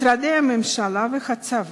משרדי הממשלה והצבא?